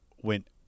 went